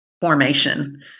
formation